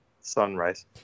sunrise